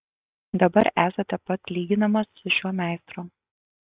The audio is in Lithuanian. dabar esate pats lyginamas su šiuo meistru